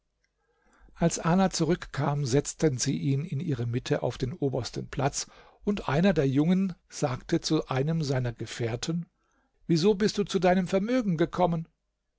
als ala zurückkam setzten sie ihn in ihre mitte auf den obersten platz und einer der jungen sagte zu einem seiner gefährten wieso bist du zu deinem vermögen gekommen